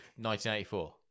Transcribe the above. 1984